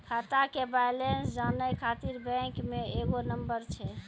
खाता के बैलेंस जानै ख़ातिर बैंक मे एगो नंबर छै?